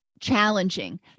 challenging